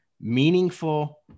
meaningful